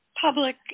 public